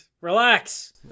Relax